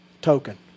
token